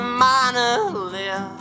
monolith